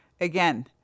again